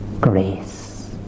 Grace